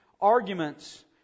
arguments